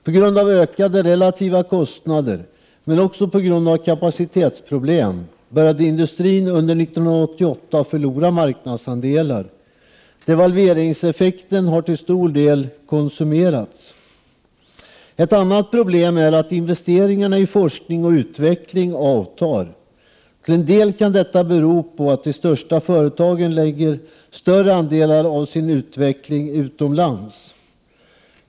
På grund av ökade relativa kostnader men också på grund av kapacitetsproblem började industrin under 1988 förlora marknadsandelar. Devalveringseffekten har till stor del konsumerats. Ett annat problem är att investeringarna i forskning och utveckling avtar. Till en del kan detta bero på att de största företagen lägger större andelar av sin utveckling utomlands.